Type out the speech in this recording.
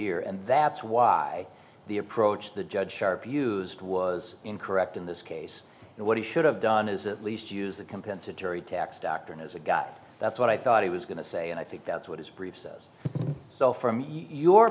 year and that's why the approach the judge sharp used was incorrect in this case and what he should have done is at least use the compensatory tax doctrine as a guide that's what i thought he was going to say and i think that's what his brief says so from your